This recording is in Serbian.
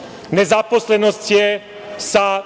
rezultata. Nezaposlenost je sa